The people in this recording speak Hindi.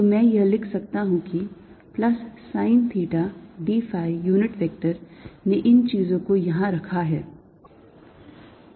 तो मैं यह लिख सकता हूं कि plus sine theta d phi unit vector ने इन चीजों को यहां रखा है